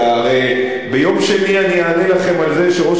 הרי ביום שני אני אענה לכם על זה שראש